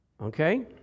Okay